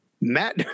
Matt